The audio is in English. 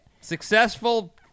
Successful